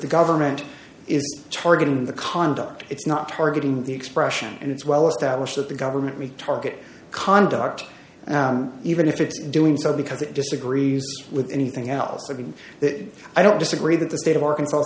the government is targeting the conduct it's not targeting the expression and it's well established that the government retarget conduct even if it's doing so because it disagrees with anything else i mean that i don't disagree that the state of arkansas